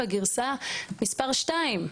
הגירסה מס' 2,